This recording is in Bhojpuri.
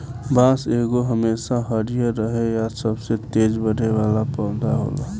बांस एगो हमेशा हरियर रहे आ सबसे तेज बढ़े वाला पौधा होला